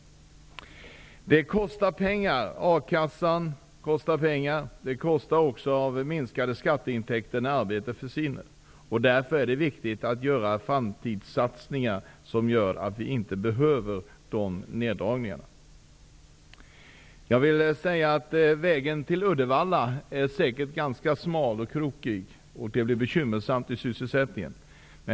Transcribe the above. Det kostar pengar. A-kassan kostar pengar, och skatteintäkterna blir mindre när arbeten försvinner. Därför är det viktigt att göra framtidssatsningar som medför att vi inte behöver göra neddragningar. Vägen till Uddevalla är säkert ganska smal och krokig, och det kommer att bli bekymmersamt för sysselsättningen.